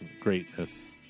Greatness